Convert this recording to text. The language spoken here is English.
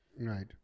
Right